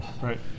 right